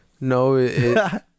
No